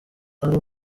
ari